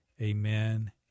amen